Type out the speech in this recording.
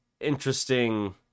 interesting